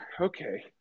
Okay